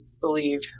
believe